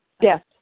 Yes